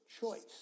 choice